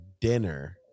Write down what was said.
dinner